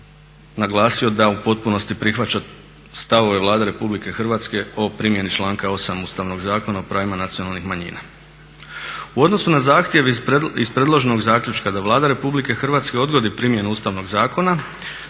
U odnosu na zahtjev iz predloženog zaključka da Vlada Republike Hrvatske odgodi primjenu Ustavnog zakona